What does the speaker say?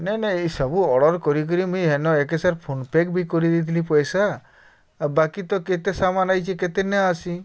ନା ନାଇଁ ଇସବୁ ଅର୍ଡ଼ର୍ କରିକିରି ମୁଇଁ ହେନ ଏକେସାର ଫୋନ୍ପେ ବି କରିଦେଇଥିଲି ପଏସା ଆଉ ବାକି ତ କେତେ ସାମାନ୍ ଆଇଛେ କେତେ ନେ ଆସି